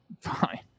Fine